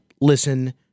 listen